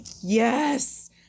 Yes